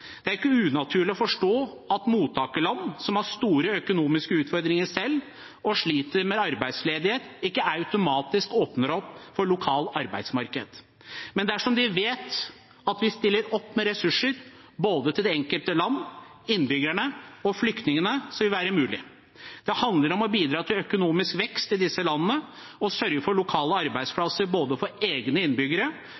Det er ikke vanskelig å forstå at mottakerland som selv har store økonomiske utfordringer og sliter med arbeidsledighet, ikke automatisk åpner opp lokalt arbeidsmarked. Men dersom de vet at vi stiller opp med ressurser til både det enkelte land, innbyggerne og flyktningene, vil det være mulig. Det handler om å bidra til økonomisk vekst i disse landene og sørge for lokale